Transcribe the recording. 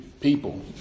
people